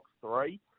three